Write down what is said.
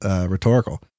rhetorical